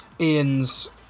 Ian's